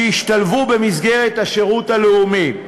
שישתלבו בשירות הלאומי.